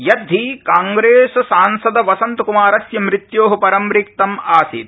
यद्धि कांग्रेससांसद वसन्तकुमारस्य मृत्यो पर रिक्तम् आसीत्